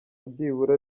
byibura